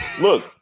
look